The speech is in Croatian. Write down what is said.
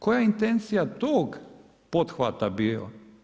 Koja je intencija tog pothvata bila?